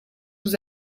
vous